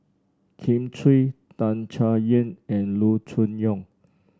Kin Chui Tan Chay Yan and Loo Choon Yong